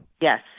Yes